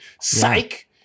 Psych